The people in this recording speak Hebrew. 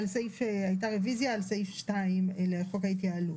הייתה רוויזיה על סעיף 2 לחוק ההתייעלות.